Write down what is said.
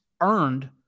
earned